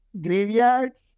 graveyards